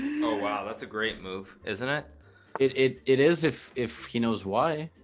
oh wow that's a great move isn't it it it it is if if he knows why